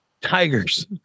tigers